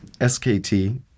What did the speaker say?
SKT